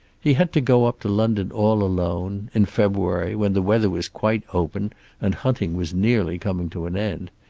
he had to go up to london all alone in february, when the weather was quite open and hunting was nearly coming to an end.